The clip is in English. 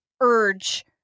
urge